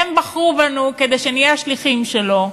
הם בחרו בנו כדי שנהיה השליחים שלו,